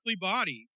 body